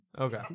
Okay